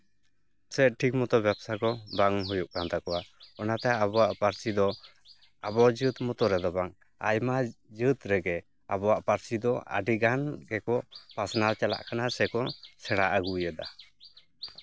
ᱥᱮ ᱴᱷᱤᱠ ᱢᱚᱛᱚ ᱵᱮᱵᱽᱥᱟ ᱵᱟᱝ ᱦᱩᱭᱩᱜ ᱠᱟᱱ ᱛᱟᱠᱚᱣᱟ ᱚᱱᱟᱛᱮ ᱟᱵᱚᱣᱟᱜ ᱯᱟᱹᱨᱥᱤ ᱫᱚ ᱟᱵᱚ ᱡᱟᱹᱛ ᱢᱚᱛᱚ ᱨᱮᱫᱚ ᱵᱟᱝ ᱟᱭᱢᱟ ᱡᱟᱹᱛ ᱨᱮᱜᱮ ᱟᱵᱚᱣᱟᱜ ᱯᱟᱹᱨᱥᱤ ᱫᱚ ᱟᱹᱰᱤᱜᱟᱱ ᱜᱮᱠᱚ ᱯᱟᱥᱱᱟᱣ ᱪᱟᱞᱟᱜ ᱠᱟᱱᱟ ᱥᱮᱠᱚ ᱥᱮᱬᱟ ᱟᱹᱜᱩᱭᱮᱫᱟ